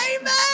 Amen